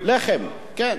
לחם, כן.